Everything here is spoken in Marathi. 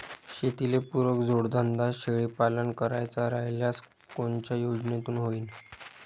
शेतीले पुरक जोडधंदा शेळीपालन करायचा राह्यल्यास कोनच्या योजनेतून होईन?